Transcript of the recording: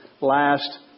Last